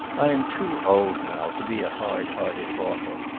i am too old now to be a hard-hearted author,